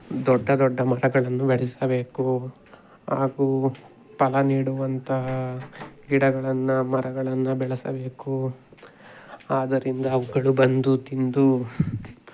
ದೊಡ್ಡ ದೊಡ್ಡ ಮರಗಳನ್ನು ಬೆಳೆಸಬೇಕು ಹಾಗೂ ಫಲ ನೀಡುವಂತಹ ಗಿಡಗಳನ್ನು ಮರಗಳನ್ನು ಬೆಳೆಸಬೇಕು ಆದ್ದರಿಂದ ಅವುಗಳು ಬಂದು ತಿಂದು